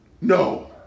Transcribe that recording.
No